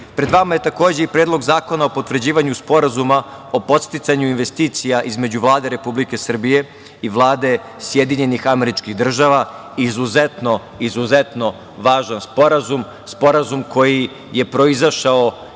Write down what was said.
Kine. Pred vama je takođe i Predlog zakona o potvrđivanju Sporazuma o podsticanju investicija između Vlade Republike Srbije i Vlade Sjedinjenih Američkih Država. Izuzetno, izuzetno važan sporazum, sporazum koji je proizašao